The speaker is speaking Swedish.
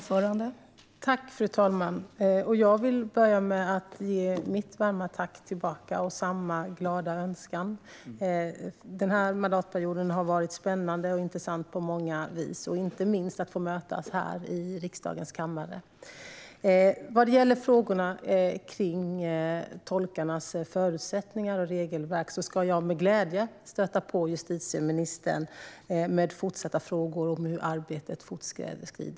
Fru talman! Jag vill börja med att ge mitt varma tack och samma glada önskan tillbaka. Den här mandatperioden har varit spännande och intressant på många vis, inte minst när vi fått mötas här i riksdagens kammare. Vad gäller frågorna kring tolkarnas förutsättningar och regelverk ska jag med glädje stöta på justitieministern med fortsatta frågor om hur arbetet fortskrider.